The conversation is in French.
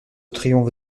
triomphe